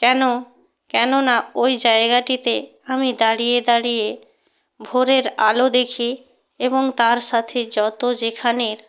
কেন কেননা ওই জায়গাটিতে আমি দাঁড়িয়ে দাঁড়িয়ে ভোরের আলো দেখি এবং তার সাথে যত যেখানের